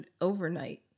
overnight